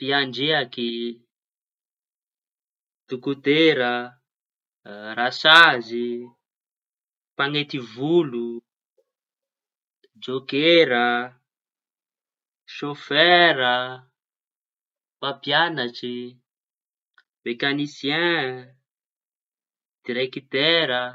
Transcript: Mpiandriaky, dokotera, rasazy, mpañenty volo, jokera, saôfera, mpampiañatsy, mekanisiain, direkitera.